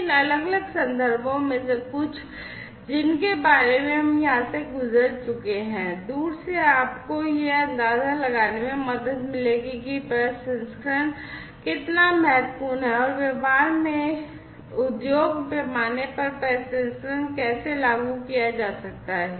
इन अलग अलग संदर्भों से आपको यह अंदाजा लगाने में मदद मिलेगी कि प्रसंस्करण कितना महत्वपूर्ण है और व्यवहार में उद्योग पैमाने पर प्रसंस्करण कैसे लागू किया जा सकता है